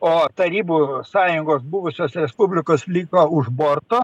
o tarybų sąjungos buvusios respublikos liko už borto